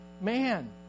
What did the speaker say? man